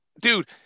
Dude